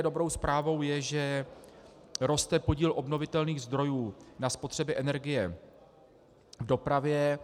Dobrou zprávou také je, že roste podíl obnovitelných zdrojů na spotřebě energie v dopravě.